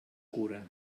cura